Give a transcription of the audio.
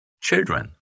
children